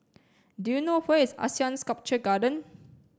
do you know where is ASEAN Sculpture Garden